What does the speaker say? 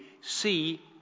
see